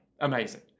amazing